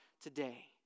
today